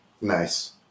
nice